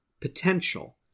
potential